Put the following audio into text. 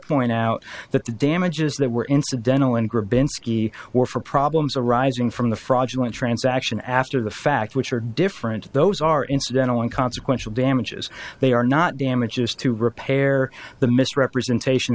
point out that the damages that were incidental and gribbin ski were for problems arising from the fraudulent transaction after the fact which are different those are incidental and consequential damages they are not damages to repair the misrepresentation